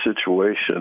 situation